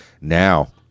now